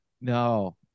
No